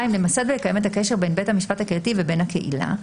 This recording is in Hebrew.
למסד ולקיים את הקשר בין בית המשפט הקהילתי ובין קהילה.